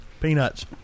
peanuts